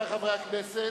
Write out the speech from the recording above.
אדוני היושב-ראש,